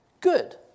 Good